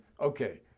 okay